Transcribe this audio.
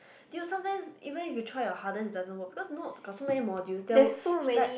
do you know sometimes even when you try your hardest it doesn't work because you know got so many modules there were like